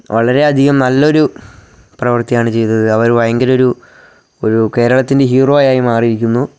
വളരെ അധികം നല്ല ഒരു പ്രവർത്തിയാണ് ചെയ്തത് അവർ ഭയങ്കരം ഒരു ഒരു കേരളത്തിൻ്റെ ഹീറോ ആയി മാറിയിരിക്കുന്നു